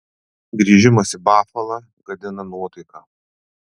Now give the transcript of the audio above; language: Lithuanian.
grįžimas į bafalą gadina nuotaiką